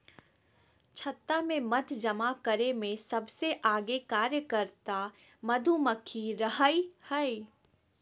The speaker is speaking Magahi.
छत्ता में मध जमा करे में सबसे आगे कार्यकर्ता मधुमक्खी रहई हई